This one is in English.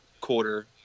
quarter